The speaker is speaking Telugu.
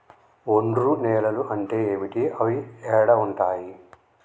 ఒండ్రు నేలలు అంటే ఏంటి? అవి ఏడ ఉంటాయి?